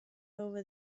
over